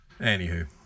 Anywho